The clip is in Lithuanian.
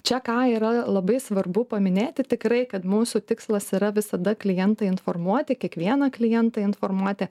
čia ką yra labai svarbu paminėti tikrai kad mūsų tikslas yra visada klientą informuoti kiekvieną klientą informuoti